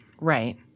right